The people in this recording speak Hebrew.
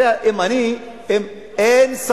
הרי אם אני, זה לא דעות, זה מעשים.